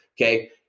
Okay